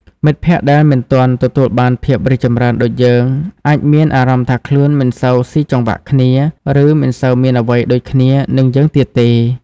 មិត្តភក្តិដែលមិនទាន់ទទួលបានភាពរីកចម្រើនដូចយើង អាចមានអារម្មណ៍ថាខ្លួនមិនសូវស៊ីចង្វាក់គ្នា ឬមិនសូវមានអ្វីដូចគ្នានឹងយើងទៀតទេ។